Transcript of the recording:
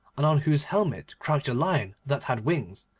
and on whose helmet crouched a lion that had wings,